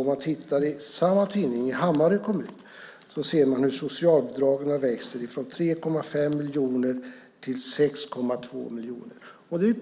Om man tittar i samma tidning ser man att socialbidragen växer i Hammarö kommun från 3,5 miljoner till 6,2 miljoner. Det är